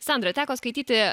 sandra teko skaityti